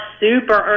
super